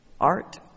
art